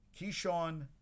Keyshawn